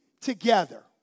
together